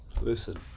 listen